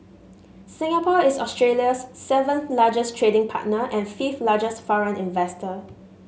Singapore is Australia's seven largest trading partner and fifth largest foreign investor